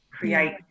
Create